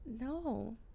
No